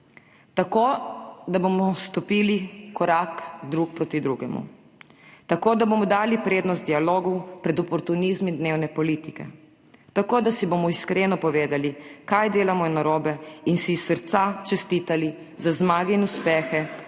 Tako, da bomo stopili korak drug proti drugemu. Tako, da bomo dali prednost dialogu pred oportunizmi dnevne politike. Tako, da si bomo iskreno povedali, kaj delamo narobe, in si iz srca čestitali za zmage in uspehe,